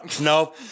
no